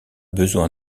besoin